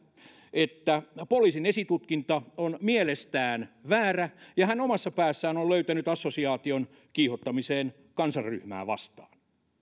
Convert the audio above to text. että poliisin esitutkinta on hänen mielestään väärä ja hän omassa päässään on löytänyt assosiaation kiihottamiseen kansanryhmää vastaan